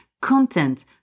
content